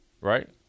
right